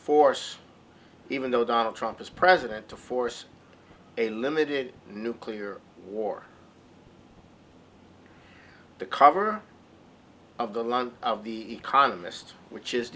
force even though donald trump is president to force a limited nuclear war the cover of the month of the economist which is